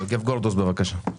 יוגב גרדוס בבקשה.